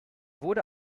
wurde